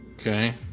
okay